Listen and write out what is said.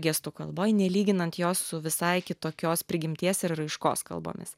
gestų kalboj nelyginant jos su visai kitokios prigimties ir raiškos kalbomis